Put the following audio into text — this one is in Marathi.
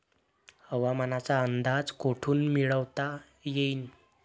हवामानाचा अंदाज कोठून मिळवता येईन?